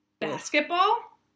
basketball